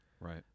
Right